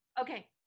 Okay